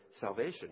salvation